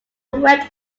went